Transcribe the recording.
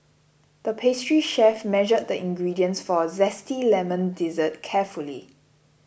the pastry chef measured the ingredients for a Zesty Lemon Dessert carefully